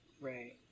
Right